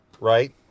right